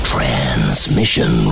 Transmission